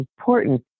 important